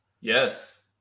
Yes